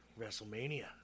WrestleMania